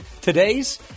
Today's